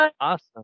awesome